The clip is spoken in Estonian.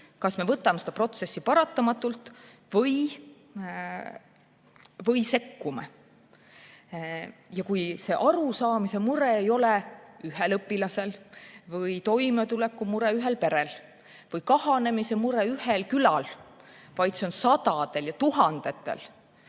kas me võtame seda protsessi kui paratamatut või sekkume. Kui see arusaamismure ei ole ühel õpilasel või toimetulekumure ühel perel või kahanemismure ühel külal, vaid see on sadadel ja tuhandetel